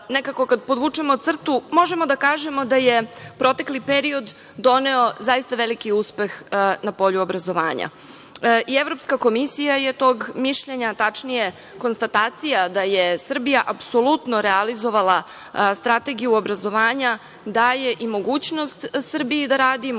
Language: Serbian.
nekako kada podvučemo crtu možemo da kažemo da je protekli period doneo, zaista veliki uspeh na polju obrazovanja. I Evropska komisija je tog mišljenja, tačnije, konstatacija da je Srbija apsolutno realizovala strategiju obrazovanja daje i mogućnost Srbiji da radi,